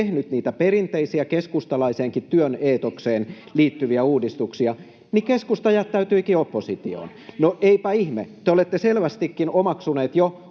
tehnyt niitä perinteisiä, keskustalaisenkin työn eetokseen liittyviä uudistuksia, niin keskusta jättäytyikin oppositioon. No eipä ihme. Te olette selvästikin jo omaksuneet